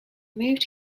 moved